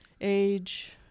age